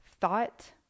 thought